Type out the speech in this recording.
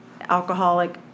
alcoholic